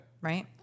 Right